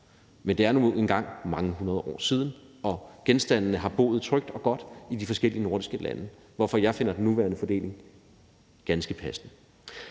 Men det er nu engang mange hundrede år siden, og genstandene har boet trygt og godt i de forskellige nordiske lande, hvorfor jeg finder den nuværende fordeling ganske passende.